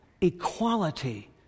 equality